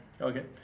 Okay